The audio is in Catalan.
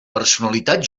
personalitat